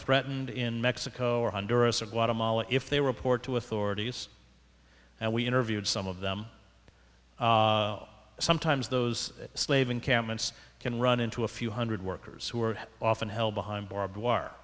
threatened in mexico or wonderous or guatemala if they were port to authorities and we interviewed some of them sometimes those slave encampments can run into a few hundred workers who are often held behind barbed wire